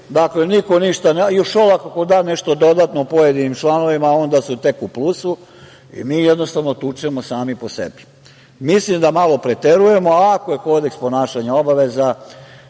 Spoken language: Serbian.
Njih niko ne vidi. Još Šolak ako da nešto dodatno pojedinim članovima, onda su tek u plusu. Mi jednostavno tučemo sami po sebi. Mislim da malo preterujemo. Ako je kodeks ponašanja obaveza,